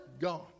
gone